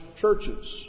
churches